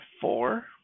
four